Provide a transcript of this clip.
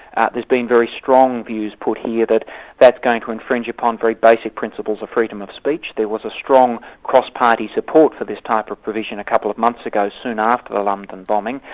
there's been very strong views put here that that's going to infringe upon very basic principles of freedom of speech. there was a strong cross-party support for this type of provision a couple of months ago, soon after the london bombing,